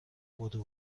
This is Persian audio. بدو